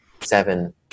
Seven